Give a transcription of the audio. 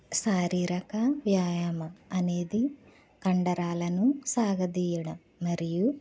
శారీరక వ్యాయామం అనేది కండరాలను సాగదీయడం మరియు